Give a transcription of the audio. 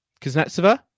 Kuznetsova